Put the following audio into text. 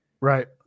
Right